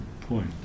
point